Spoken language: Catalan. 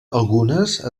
algunes